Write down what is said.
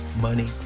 money